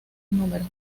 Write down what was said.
nro